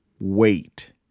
wait